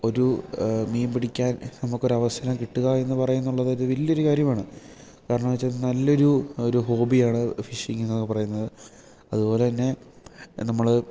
ഒരു മീൻ പിടിക്കാൻ നമുക്കൊരവസരം കിട്ടുക എന്ന് പറയുന്നുള്ളതൊരു വലിയൊരു കാര്യമാണ് കാരണമെന്നു വെച്ചാൽ നല്ലൊരു ഒരു ഹോബിയാണ് ഫിഷിംഗ് എന്നൊക്കെ പറയുന്നത് അതുപോലെതന്നെ നമ്മൾ